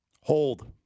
Hold